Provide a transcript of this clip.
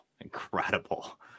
Incredible